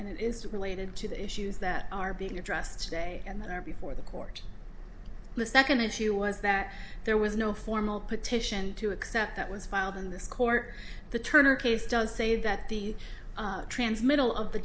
and it is related to the issues that are being addressed today and that are before the court the second issue was that there was no formal petition to accept that was filed in this court the turner case does say that the trans middle of the